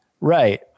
Right